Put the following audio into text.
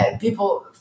people